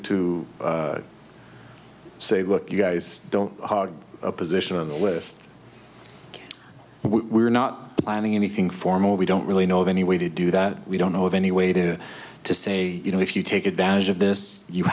to say look you guys don't hog position on the list we're not planning anything formal we don't really know of any way to do that we don't know of any way to to say you know if you take advantage of this you